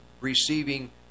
receiving